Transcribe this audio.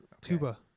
Tuba